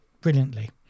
brilliantly